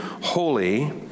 holy